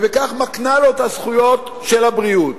ובכך מקנה לו את הזכויות של הבריאות.